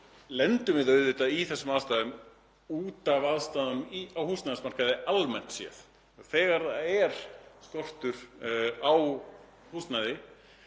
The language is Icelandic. lendum við auðvitað í þessari stöðu út af aðstæðum á húsnæðismarkaði. Almennt séð þegar það er skortur á húsnæði